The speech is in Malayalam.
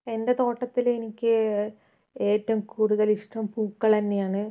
എന്റെ തോട്ടത്തില് എനിക്ക് ഏറ്റവും കൂടുതൽ ഇഷ്ടം പൂക്കളുതന്നെയാണ്